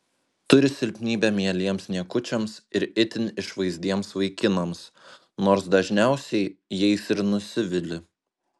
turi silpnybę mieliems niekučiams ir itin išvaizdiems vaikinams nors dažniausiai jais ir nusivili